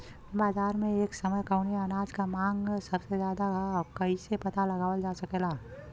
बाजार में एक समय कवने अनाज क मांग सबसे ज्यादा ह कइसे पता लगावल जा सकेला?